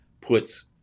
puts